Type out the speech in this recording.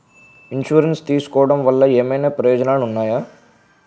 Insurance తీసుకోవటం వల్ల ఏమైనా ప్రయోజనాలు ఉన్నాయా?